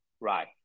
right